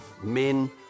Men